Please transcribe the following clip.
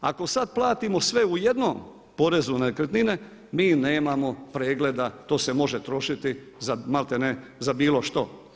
Ako sada platimo sve u jednom porezu na nekretnine mi nemamo pregleda, to se može trošiti za maltene, za bilo što.